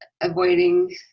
avoiding